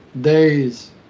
days